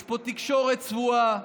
יש פה תקשורת צבועה,